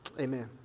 Amen